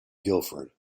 guildford